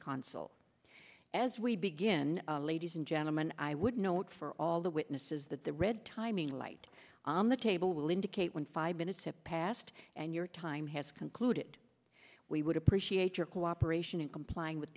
council as we begin ladies and gentleman i would note for all the witnesses that the red timing light on the table will indicate when five minutes have passed and your time has concluded we would appreciate your cooperation in complying with